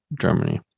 Germany